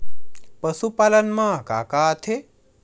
पशुपालन मा का का आथे?